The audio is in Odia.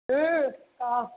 କୁହ